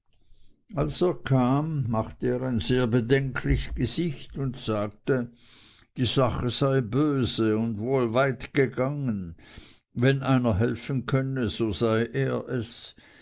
er kam machte er ein sehr bedenklich gesicht und sagte die sache sei böse und wohl weit gegangen wenn einer helfen könne so sei er es